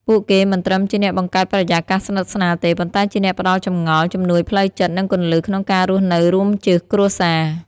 ពួកគេមិនត្រឹមជាអ្នកបង្កើតបរិយាកាសស្និទ្ធស្នាលទេ ប៉ុន្តែជាអ្នកផ្តល់ចម្ងល់ ជំនួយផ្លូវចិត្ត និងគន្លឹះក្នុងការរស់នៅរួមជាគ្រួសារ។